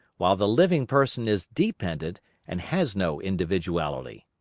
while the living person is dependent and has no individuality.